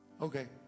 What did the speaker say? okay